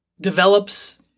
develops